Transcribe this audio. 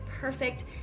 perfect